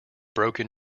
broken